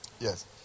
Yes